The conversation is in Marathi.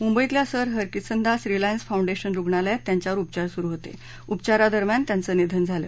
मुंबईतल्या सर हरकिसनदास रिलायन्स फाऊंडेशन रुग्णालयात त्यांच्यावर उपचार सुरू होते उपचारादरम्यान त्यांचं निधन झालं